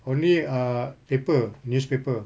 only err paper newspaper